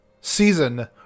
season